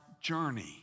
journey